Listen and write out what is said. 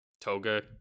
Toga